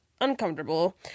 uncomfortable